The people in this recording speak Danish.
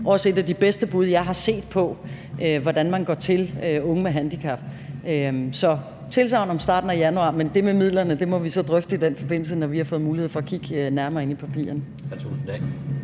været et af de bedste bud, jeg har set, på, hvordan man går til unge med handicap. Så jeg giver et tilsagn om det i starten af januar, men det med midlerne må vi så drøfte i den forbindelse, når vi har fået mulighed for at kigge nærmere ind i papirerne.